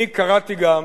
אני קראתי גם